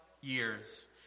years